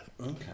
Okay